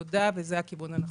תודה, וזה הכיוון הנכון.